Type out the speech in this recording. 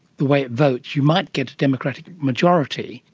the way it votes, you might get a democratic majority,